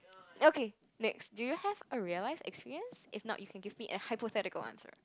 okay next do you have a real life experience if not you can give me a hypothetical answer